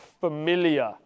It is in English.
familiar